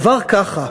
כבר ככה,